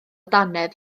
dannedd